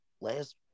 last